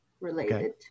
related